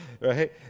Right